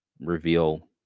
reveal